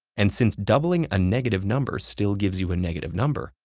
and since doubling a negative number still gives you a negative number,